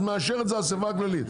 אז מאשר את זה האספה הכללית,